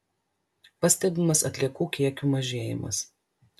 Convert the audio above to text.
pastebimas atliekų kiekių mažėjimas